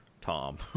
Tom